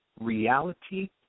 reality